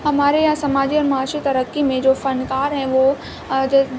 ہمارے یہاں سماجی اور معاشی ترقی میں جو فنکار ہیں وہ